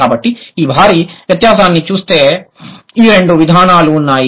కాబట్టి ఈ భారీ వ్యత్యాసాన్ని చూస్తే ఈ రెండు విధానాలు ఉన్నాయి